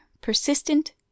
persistent